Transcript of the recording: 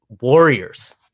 warriors